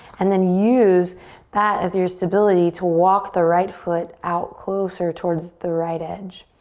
and then use that as your stability to walk the right foot out closer towards the right edge.